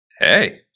Hey